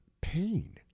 pain